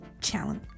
challenge